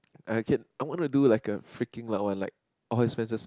!aiya! Ken I wanna do like a freaking loud one like all expenses